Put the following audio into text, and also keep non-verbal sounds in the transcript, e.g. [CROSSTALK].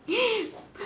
[LAUGHS]